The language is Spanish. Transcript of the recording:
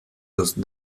los